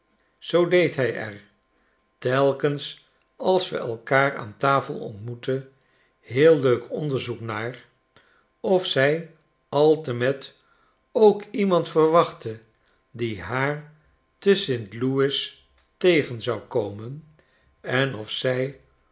er telkens als we elkaar aan tafel ontmoetten heel leuk onderzoek naar of zij altemet ook iemand verwachtte die haar te st louis tegen zou komen en of zij